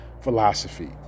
philosophy